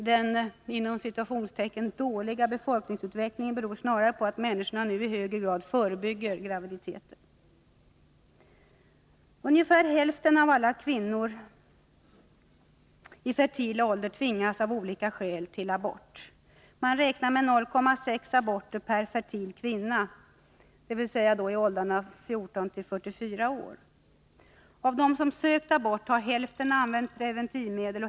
Den ”dåliga” befolkningsutvecklingen beror snarare på att människorna nu i högre grad förebygger graviditeter. Ungefär hälften av alla kvinnor i fertil ålder tvingas av olika skäl till abort. Man räknar med 0,6 aborter per fertil kvinna, dvs. kvinnorna i åldern 14-44 år. Av dem som sökt abort har ca hälften använt preventivmedel.